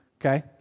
okay